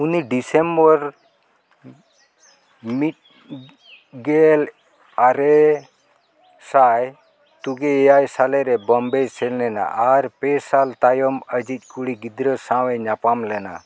ᱩᱱᱤ ᱰᱤᱥᱮᱢᱵᱚᱨ ᱢᱤᱫ ᱜᱮᱞ ᱟᱨᱮᱥᱟᱭ ᱛᱩᱜᱮ ᱮᱭᱟᱭ ᱥᱟᱞᱨᱮ ᱵᱳᱢᱵᱮᱭ ᱥᱮᱱ ᱞᱮᱱᱟ ᱟᱨ ᱯᱮ ᱥᱟᱞ ᱛᱟᱭᱚᱢ ᱟᱡᱤᱡ ᱠᱩᱲᱤ ᱜᱤᱫᱽᱨᱟᱹ ᱥᱟᱶ ᱮ ᱧᱟᱯᱟᱢ ᱞᱮᱱᱟ